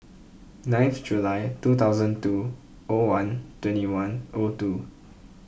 ninth July two thousand two O one twenty one O two